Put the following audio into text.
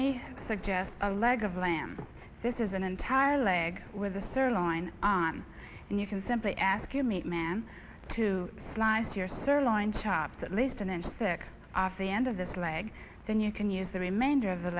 me suggest a leg of lamb this is an entire leg with a certain line on and you can simply ask you meat man to slice your serling chopped at least an inch thick off the end of this leg then you can use the remainder of the